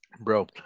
bro